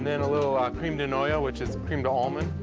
then a little ah cream de noyaux which is cream de almond.